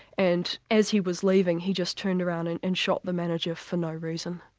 and as he was leaving he just turned around and and shot the manager for no reason.